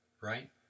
Right